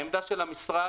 העמדה של המשרד